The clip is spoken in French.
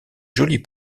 jolie